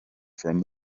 from